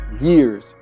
years